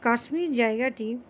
কাশ্মীর জায়গাটি